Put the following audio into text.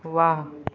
वाह